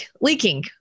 leaking